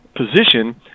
position